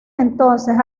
entonces